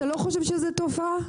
אתה לא חושב שזו תופעה?